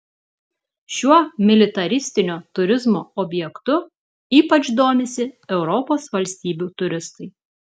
šiuo militaristinio turizmo objektu ypač domisi europos valstybių turistai